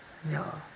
ya